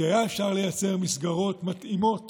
כי היה אפשר לייצר מסגרות מתאימות